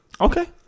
Okay